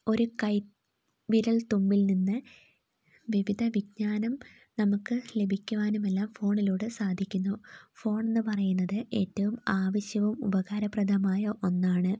ഒരു കൈവിരൽ തുമ്പിൽ നിന്ന് വിവിധ വിജ്ഞാനം നമുക്ക് ലഭിക്കുവാനുമെല്ലാം ഫോണിലൂടെ സാധിക്കുന്നു ഫോൺ എന്നു പറയുന്നത് ഏറ്റവും ആവശ്യവും ഉപകാരപ്രദവുമായ ഒന്നാണ്